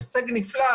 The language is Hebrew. הישג נפלא.